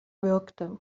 würgte